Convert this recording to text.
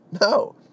no